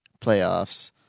playoffs